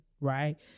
right